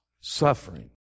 suffering